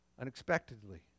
unexpectedly